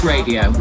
Radio